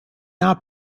now